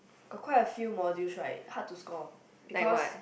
got quite a few modules right hard to score because